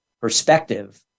perspective